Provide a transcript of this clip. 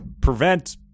prevent